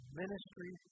ministry